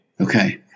Okay